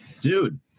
Dude